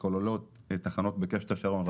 שכוללות תחנות בקשת השרון,